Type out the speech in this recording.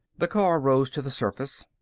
the car rose to the surface.